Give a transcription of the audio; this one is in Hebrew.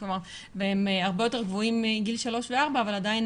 והם הרבה יותר גבוהים מגיל 3 ו-4 אבל עדיין